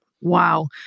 Wow